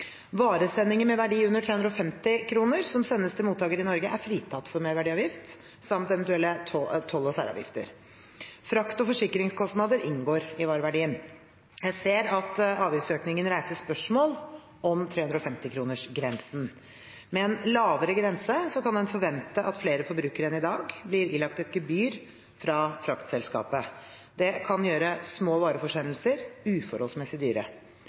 Varesendinger med verdi under 350 kr som sendes til mottaker i Norge, er fritatt for merverdiavgift, samt eventuell toll og særavgifter. Frakt- og forsikringskostnader inngår i vareverdien. Jeg ser at avgiftsøkningen reiser spørsmål om 350-kronersgrensen. Med en lavere grense kan en forvente at flere forbrukere enn i dag vil bli ilagt et gebyr fra fraktselskapet. Det kan gjøre små vareforsendelser uforholdsmessig dyre.